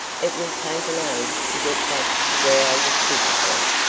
it will take an age to get back to where i was physically,